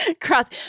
Cross